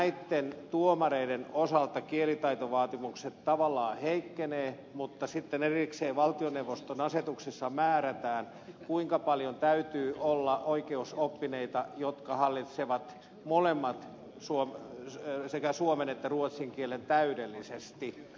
näitten tuomareiden osalta kielitaitovaatimukset tavallaan heikkenevät mutta sitten erikseen valtioneuvoston asetuksessa määrätään kuinka paljon täytyy olla oikeusoppineita jotka hallitsevat molemmat sekä suomen että ruotsin kielen täydellisesti